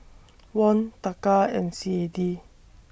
Won Taka and C A D